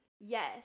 yes